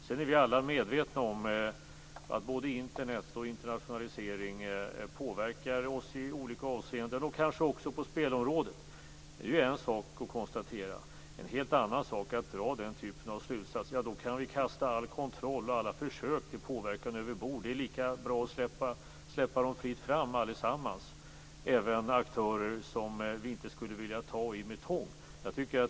Vi är alla medvetna om att både Internet och internationalisering påverkar oss i olika avseenden, kanske också på spelområdet. Det är en sak att konstatera det, och det är en helt annan sak att dra den typen av slutsatser. Då kan vi kasta all kontroll och alla försök till påverkan överbord. Då är det lika bra att säga att det är fritt fram för allesammans, även aktörer som vi inte skulle vilja ta i med tång.